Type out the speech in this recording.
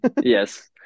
yes